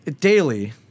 daily